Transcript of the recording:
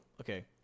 okay